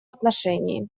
отношении